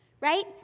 right